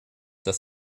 dass